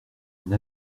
une